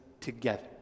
together